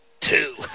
Two